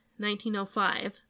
1905